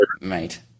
Mate